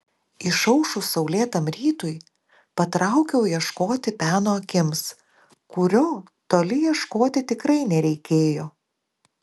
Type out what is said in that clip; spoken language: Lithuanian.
išaušus saulėtam rytui patraukiau ieškoti peno akims kurio toli ieškoti tikrai nereikėjo